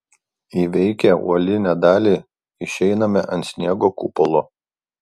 įveikę uolinę dalį išeiname ant sniego kupolo